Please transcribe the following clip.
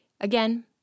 Again